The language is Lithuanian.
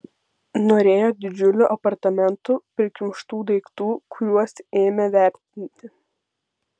norėjo didžiulių apartamentų prikimštų daiktų kuriuos ėmė vertinti